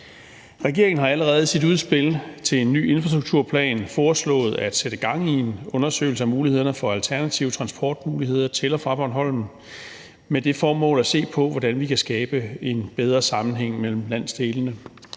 Regeringen har allerede i sit udspil til en ny infrastrukturplan foreslået at sætte gang i en undersøgelse af mulighederne for alternative transportmuligheder til og fra Bornholm med det formål at se på, hvordan vi kan skabe en bedre sammenhæng mellem landsdelene.